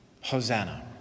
Hosanna